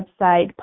website